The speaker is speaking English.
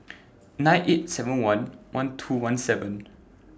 nine eight seven one one two one seven